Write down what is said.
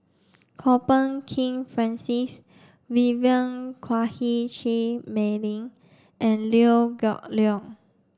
Kwok Peng Kin Francis Vivien Quahe Seah Mei Lin and Liew Geok Leong